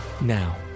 now